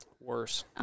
Worse